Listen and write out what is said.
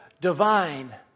divine